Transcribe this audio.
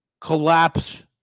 collapse